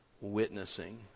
witnessing